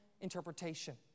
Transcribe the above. interpretation